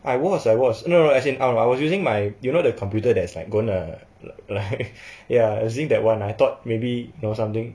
I was I was no no no as in I I was using my you know the computer that's like gonna ya using that one I thought maybe know something